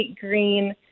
green